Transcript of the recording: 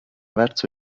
verso